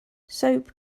soap